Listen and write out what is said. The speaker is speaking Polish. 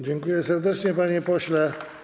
Dziękuję serdecznie, panie pośle.